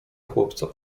chłopca